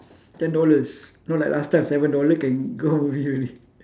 ten dollars not like last time seven dollar can go movie already